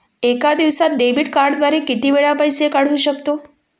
एका दिवसांत डेबिट कार्डद्वारे किती वेळा पैसे काढू शकतो?